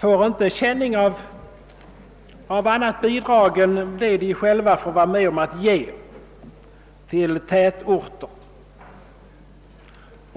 får inte känning av annat bidrag än det de själva över skattsedeln får vara med om att ge till tätorter.